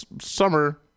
summer